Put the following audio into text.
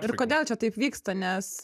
ir kodėl čia taip vyksta nes